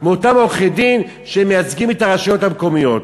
מאותם עורכי-דין שמייצגים את הרשויות המקומיות.